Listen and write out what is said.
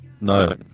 No